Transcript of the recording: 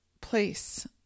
place